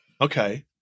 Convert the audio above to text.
Okay